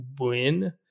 win